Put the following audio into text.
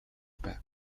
байв